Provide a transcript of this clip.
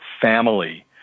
family